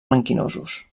blanquinosos